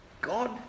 God